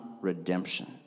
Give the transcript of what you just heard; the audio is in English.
redemption